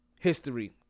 history